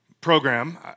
program